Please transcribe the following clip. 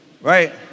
Right